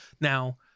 Now